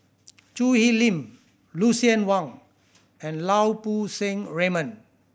Choo Hwee Lim Lucien Wang and Lau Poo Seng Raymond